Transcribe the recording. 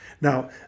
Now